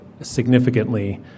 significantly